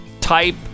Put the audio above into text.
type